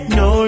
no